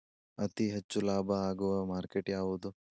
ಅತಿ ಹೆಚ್ಚು ಲಾಭ ಆಗುವ ಮಾರ್ಕೆಟ್ ಯಾವುದು?